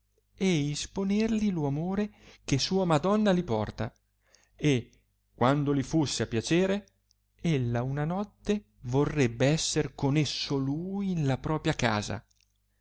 e isponerli lo amore che sua madonna li porta e quando li fusse a piacere ella una notte vorrebbe esser con esso lui in la propia casa